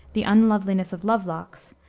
the unloveliness of lovelocks,